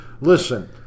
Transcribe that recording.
Listen